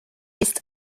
ist